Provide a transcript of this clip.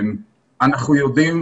אנחנו יודעים,